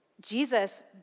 Jesus